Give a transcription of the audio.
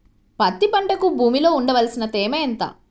పత్తి పంటకు భూమిలో ఉండవలసిన తేమ ఎంత?